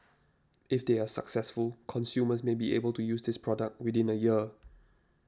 if they are successful consumers may be able to use this product within a year